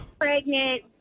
pregnant